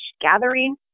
gathering